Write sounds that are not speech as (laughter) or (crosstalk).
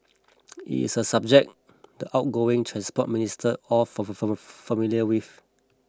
it is a subject the outgoing Transport Minister all (unintelligible) familiar with